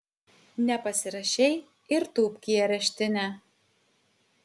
nepasirašei ir tūpk į areštinę